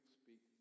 speak